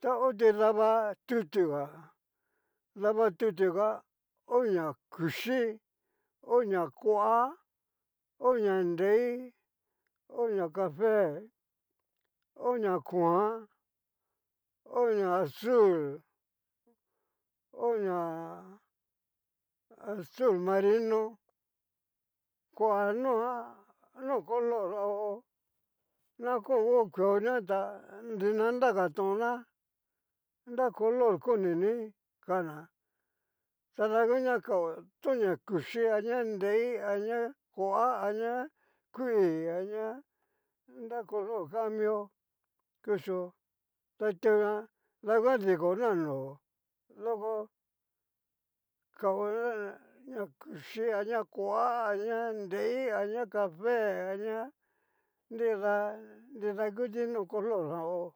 ta ho tu daba tutuga, taba tutuga ho ña kuchíi, ho ña koa, ho ña nrei, ho ña cafe, ho ña kuan, ho ña azúl, ho ña azul marino, koa noa no color va hó, na ko go kueoña tá, nrina nagatonna nra color konini kana tada ngu ña kao tu ña kuchi a ña nrei a ña koa aña kuii a ña nra color kan mio kucho ta itena danguan dikona nó loko kao ña ña kuchii a ña koa aña nrei a ña cafe aña nridá, nrida kuti no color jan hó.